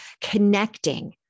connecting